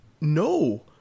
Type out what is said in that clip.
No